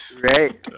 Great